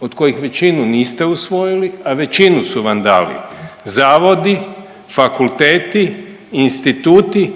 od kojih većinu niste usvojili, a većinu su vam dali zavodi, fakulteti, instituti